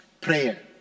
prayer